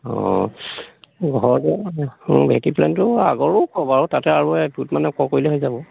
অঁ ঘৰটো ভেটি প্লেনটো আগৰো ওখ বাৰু তাতে আৰু এফুট মানে ওখ কৰিলে হৈ যাব